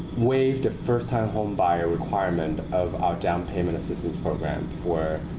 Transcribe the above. waived a first time homebuyer requirement of our down payment assistance program for